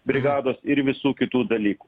brigados ir visų kitų dalykų